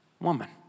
woman